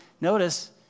notice